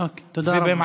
אוקיי, תודה רבה.